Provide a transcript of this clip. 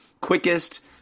quickest